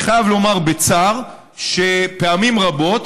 אני חייב לומר בצער שפעמים רבות